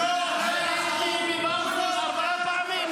הייתי בבלפור ארבע פעמים,